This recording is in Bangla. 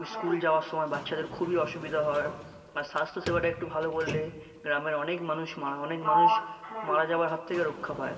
স্কুল যাওয়ার সময় বাচ্চাদের খুবই অসুবিধা হয় আর স্বাস্থ্য সেবাটা একটু ভালো করলে গ্রামের অনেক মানুষ মারা অনেক মানুষ মারা যাবার হাত থেকে রক্ষা পায়